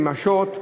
עם השוט,